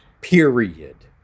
period